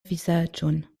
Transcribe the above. vizaĝon